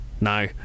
no